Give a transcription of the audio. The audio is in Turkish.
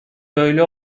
böyle